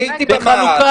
אני הייתי בעד.